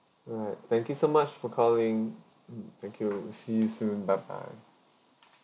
alright thank you so much for calling mm thank you see you soon bye bye